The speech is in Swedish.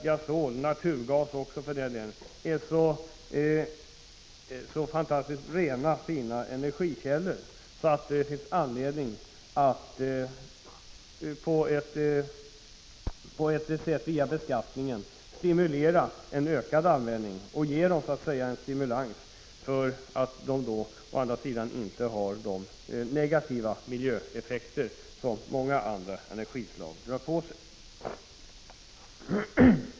Gasol — naturgas också för den delen — är en så fantastiskt ren och fin energikälla att det finns anledning att via beskattningen stimulera en ökad användning. Dessa bränslen har inte de negativa miljöeffekter som många andra energislag för med sig.